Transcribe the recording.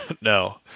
No